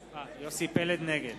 פלד, נגד